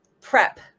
prep